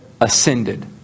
ascended